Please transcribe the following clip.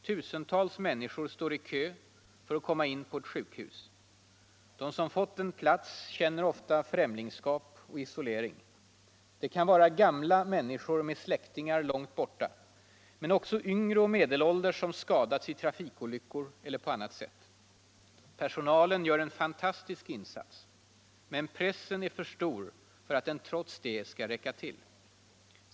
Tusentals människor står i kö för att komma in på ett sjukhus. De som fått en plats känner ofta främlingskap och isolering. Det kan vara gamla människor med släktingar långt borta, men också yngre och medelålders som skadats i trafikolyckor eller på annat sätt. Personalen gör en fantastisk insats. Men pressen är för stor för att den trots det skall räcka till.